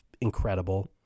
incredible